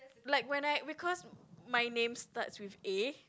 like when I because my names starts with A